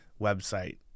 website